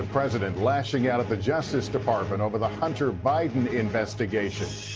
president lashing out at the justice department over the hunter biden investigation.